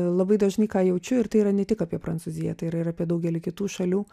labai dažnai ką jaučiu ir tai yra ne tik apie prancūziją tai yra ir apie daugelį kitų šalių